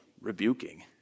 rebuking